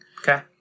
Okay